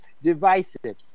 Divisive